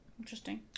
Interesting